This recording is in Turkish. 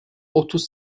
otuz